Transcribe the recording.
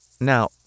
Now